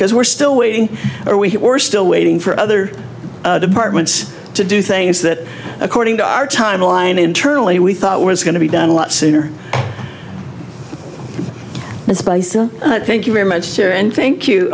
because we're still waiting or we were still waiting for other departments to do things that according to our timeline internally we thought was going to be done a lot sooner and spicey thank you very much here and thank you